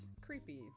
creepy